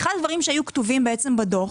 אחד הדברים שהיו כתובים בו הוא